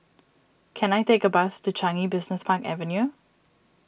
can I take a bus to Changi Business Park Avenue